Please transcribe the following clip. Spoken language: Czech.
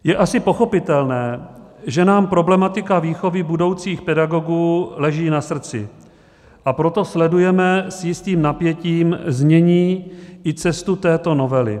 Je asi pochopitelné, že nám problematika výchovy budoucích pedagogů leží na srdci, a proto sledujeme s jistým napětím znění i cestu této novely.